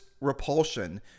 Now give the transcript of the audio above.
repulsion